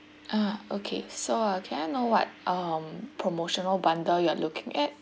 uh okay so uh can I know what um promotional bundle you are looking at